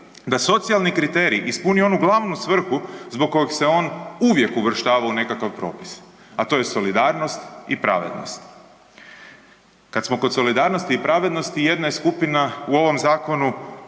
da socijalni kriterij ispuni onu glavnu svrhu zbog kog se on uvijek uvrštavao u nekakav propis, a to je solidarnost i pravednost. Kad smo kod solidarnosti i pravednosti, jedna je skupina u ovom zakonu